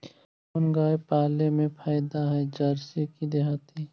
कोन गाय पाले मे फायदा है जरसी कि देहाती?